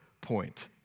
point